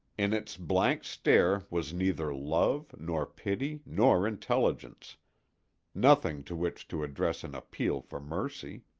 in its blank stare was neither love, nor pity, nor intelligence nothing to which to address an appeal for mercy.